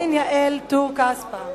ולעורכת-דין יעל טור-כספא.